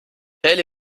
fälle